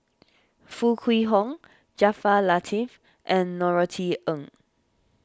Foo Kwee Horng Jaafar Latiff and Norothy Ng